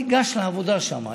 תיגש לעבודה שם,